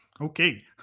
Okay